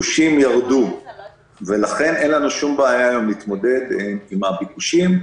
ירדו ולכן אין לנו שום בעיה להתמודד היום עם הביקושים.